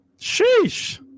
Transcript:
Sheesh